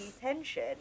tension